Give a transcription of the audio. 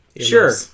Sure